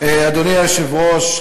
אדוני היושב-ראש,